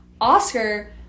Oscar